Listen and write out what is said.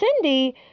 Cindy